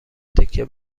تکه